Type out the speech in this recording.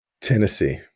Tennessee